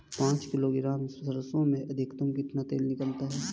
पाँच किलोग्राम सरसों में अधिकतम कितना तेल निकलता है?